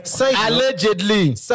Allegedly